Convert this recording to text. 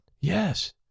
Yes